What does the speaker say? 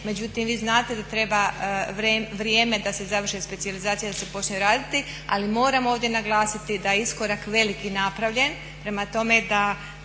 međutim vi znate da treba vrijeme da se završi specijalizacija i da se počne raditi. Ali moramo ovdje naglasiti da je iskorak veliki napravljen. Prema tome, da